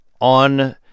on